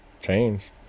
change